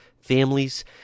families